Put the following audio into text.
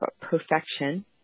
perfection